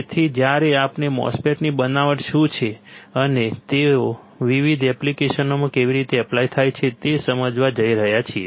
તેથી જ્યારે આપણે MOSFET ની બનાવટ શું છે અને તેઓ વિવિધ એપ્લિકેશનોમાં કેવી રીતે એપ્લાય થાય છે તે સમજવા જઈ રહ્યા છીએ